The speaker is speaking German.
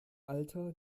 alter